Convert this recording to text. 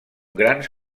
grans